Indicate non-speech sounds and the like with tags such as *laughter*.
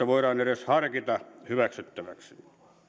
*unintelligible* voidaan edes harkita hyväksyttäväksi